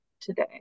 today